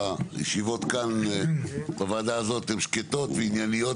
הישיבות כאן בוועדה הזאת הן שקטות וענייניות